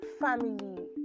family